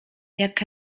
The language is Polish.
jak